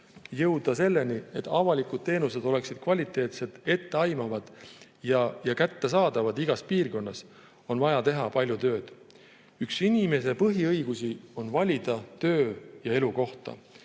jõuda selleni, et avalikud teenused oleksid kvaliteetsed, etteaimatavad ja kättesaadavad igas piirkonnas. Selleks on vaja teha palju tööd. Üks inimese põhiõigusi on valida töö‑ ja elukohta.